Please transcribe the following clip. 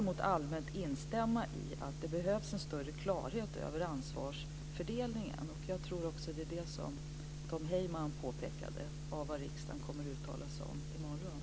Men jag kan instämma i att det behövs en större klarhet om ansvarsfördelningen, vilket också Tom Heyman påpekade när det gäller vad riksdagen kommer att uttala sig om i morgon.